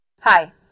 Hi